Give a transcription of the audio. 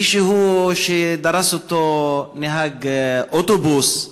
מישהו, דרס אותו נהג אוטובוס,